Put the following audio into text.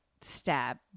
stab